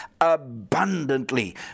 abundantly